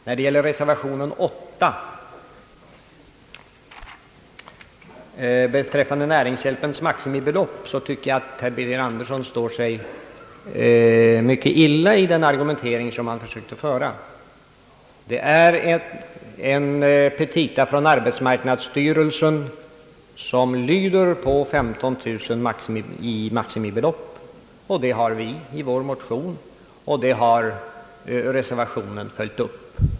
När det gäller reservation 8 om näringshjälpens maximibelopp tycker jag att den argumentering herr Birger Andersson försökte föra står sig mycket illa. Petita från arbetsmarknadsstyrelsen lyder på 15000 i maximibelopp, och det har vår motion och reservationen följt upp.